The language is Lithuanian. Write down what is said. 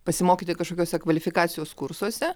pasimokyti kažkokiuose kvalifikacijos kursuose